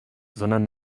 sondern